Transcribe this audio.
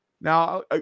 Now